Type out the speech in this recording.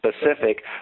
specific